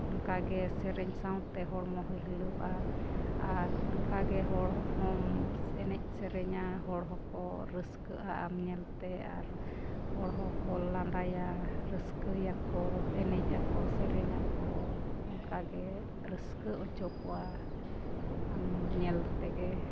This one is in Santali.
ᱚᱱᱠᱟ ᱜᱮ ᱥᱮᱨᱮᱧ ᱥᱟᱶᱛᱮ ᱦᱚᱲᱢᱚ ᱦᱚᱸ ᱦᱤᱞᱟᱹᱜᱼᱟ ᱟᱨ ᱚᱱᱠᱟᱜᱮ ᱦᱚᱲ ᱦᱚᱢ ᱮᱱᱮᱡᱼᱥᱮᱨᱮᱧᱟ ᱦᱚᱲ ᱦᱚᱸᱠᱚ ᱨᱟᱹᱥᱠᱟᱹᱜᱼᱟ ᱟᱢ ᱧᱮᱞᱛᱮ ᱟᱨ ᱦᱚᱲ ᱦᱚᱸᱠᱚ ᱞᱟᱸᱫᱟᱭᱟ ᱨᱟᱹᱥᱠᱟᱹᱭᱟᱠᱚ ᱮᱱᱮᱡ ᱟᱠᱚ ᱥᱮᱨᱮᱧ ᱟᱠᱚ ᱚᱱᱠᱟᱜᱮ ᱨᱟᱹᱥᱠᱟᱹ ᱦᱚᱪᱚ ᱠᱚᱣᱟ ᱟᱢ ᱧᱮᱞ ᱛᱮᱜᱮ